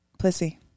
Pussy